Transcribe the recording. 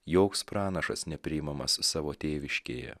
joks pranašas nepriimamas savo tėviškėje